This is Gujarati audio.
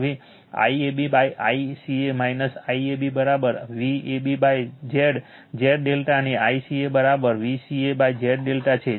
હવે IABICA IAB VabZ Z ∆ અને ICA VcaZ ∆ છે